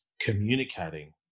communicating